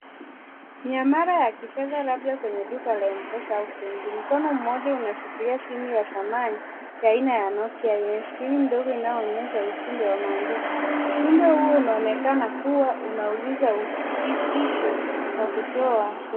Miamara ya kifedha labda kwenye duka la Mpesa au benki. Mkono mmoja unashikilia simu ya zamani ya aina ya Nokia yenye skrini ndogo inayoonyesha ujumbe wa maandishi. Ujumbe huo unaonekana kuwa unauliza udhibitisho wa kutoa fedha.